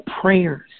prayers